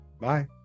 Bye